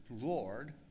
Lord